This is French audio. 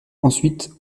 ensuite